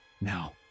Now